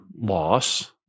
loss